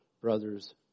brothers